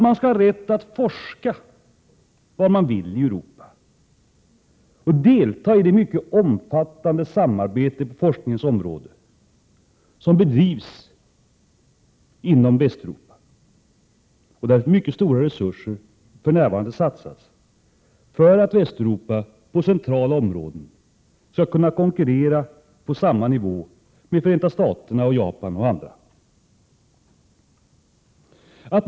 Man skall ha rätt att forska var man vill i Europa och delta i det mycket omfattande samarbete på forskningens område som bedrivs inom Västeuropa och där mycket stora resurser för närvarande satsas för att Västeuropa på centrala områden skall kunna konkurrera på samma nivå som Förenta Staterna, Japan och andra länder.